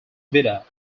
vida